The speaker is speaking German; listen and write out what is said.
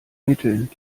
mitteln